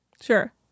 Sure